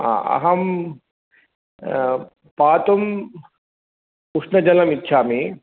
अहं पातुम् उष्णजलमिच्छामि